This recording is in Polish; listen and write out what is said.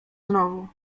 znowu